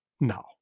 no